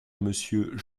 monsieur